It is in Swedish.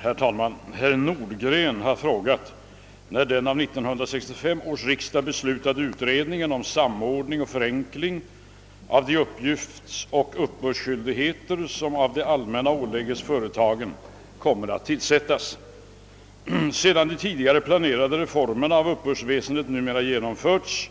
Herr talman! Herr Nordgren har frågat mig när den av 1965 års riksdag beslutade utredningen om samordning och förenkling av de uppgiftsoch uppbördsskyldigheter som av det allmänna ålägges företagen kommer att tillsättas. Sedan de tidigare planerade reformerna av uppbördsväsendet numera genomförts